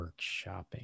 workshopping